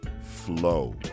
flow